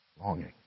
longing